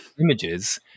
images